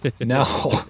No